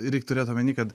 reik turėt omeny kad